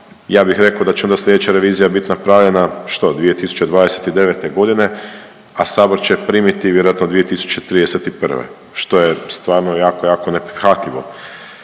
ja bih rekao da će onda slijedeća revizija bit napravljena, što, 2029.g., a sabor će je primiti vjerojatno 2031., što je stvarno jako, jako neprihvatljivo.